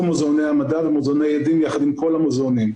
מוזיאוני המדע ומוזיאוני ילדים יחד עם כל המוזיאונים.